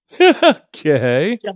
Okay